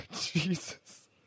Jesus